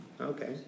Okay